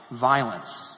violence